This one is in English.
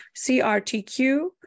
CRTQ